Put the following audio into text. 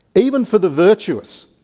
even for the virtuous,